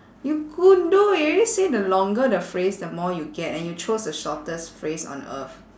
you goondu it already say the longer the phrase the more you get and you chose the shortest phrase on earth